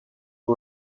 two